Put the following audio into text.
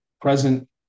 present